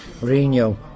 Mourinho